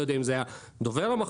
לא יודע אם זה היה דובר המחוז,